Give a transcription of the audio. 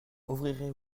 ouvrirez